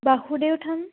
Basudev থান